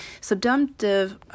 subjunctive